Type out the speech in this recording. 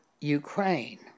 Ukraine